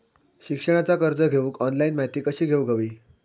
शिक्षणाचा कर्ज घेऊक ऑनलाइन माहिती कशी घेऊक हवी?